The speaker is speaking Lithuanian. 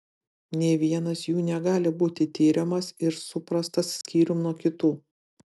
nė vienas jų negali būti tiriamas ir suprastas skyrium nuo kitų